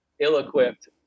ill-equipped